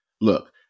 Look